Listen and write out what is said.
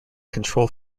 control